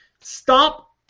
stop